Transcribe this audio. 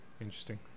interesting